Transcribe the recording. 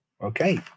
Okay